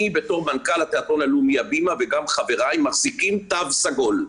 אני בתור מנכ"ל התיאטרון הלאומי הבימה וגם חבריי מחזיקים תו סגול.